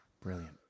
Brilliant